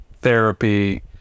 therapy